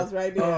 right